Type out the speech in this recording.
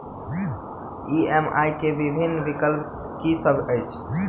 EMI केँ विभिन्न विकल्प की सब अछि